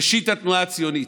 ראשית התנועה הציונית.